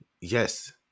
Yes